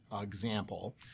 example